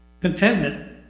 Contentment